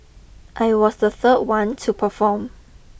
I was the third one to perform